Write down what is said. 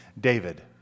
David